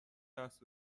دست